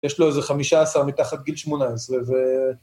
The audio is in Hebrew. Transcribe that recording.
יש לו איזה חמישה עשר מתחת גיל שמונה עשרה ו...